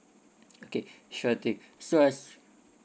okay sure thing so as